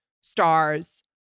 stars